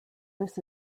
this